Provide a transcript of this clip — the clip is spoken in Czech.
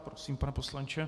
Prosím, pane poslanče.